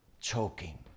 choking